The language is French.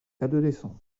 adolescente